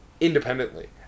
independently